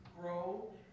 grow